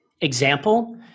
example